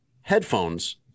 headphones